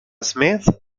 smith